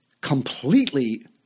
completely